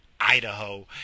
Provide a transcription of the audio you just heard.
Idaho